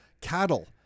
cattle